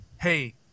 Hey